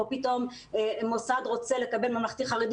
או פתאום מוסד רוצה לקבל תואר של ממלכתי-חרדי